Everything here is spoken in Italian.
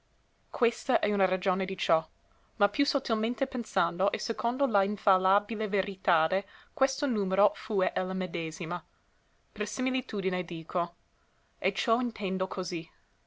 questa è una ragione di ciò ma più sottilmente pensando e secondo la infallibile veritade questo numero fue ella medesima per similitudine dico e ciò intendo così